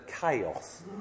chaos